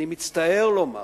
אני מצטער לומר,